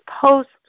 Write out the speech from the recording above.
post